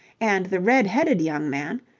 and the red-headed young man,